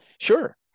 Sure